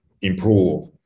improve